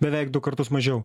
beveik du kartus mažiau